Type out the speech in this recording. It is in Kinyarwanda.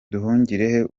nduhungirehe